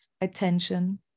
attention